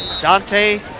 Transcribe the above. Dante